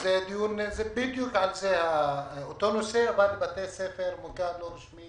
וזה בדיוק כמו בתי הספר המוכרים לא רשמיים